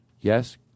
Yes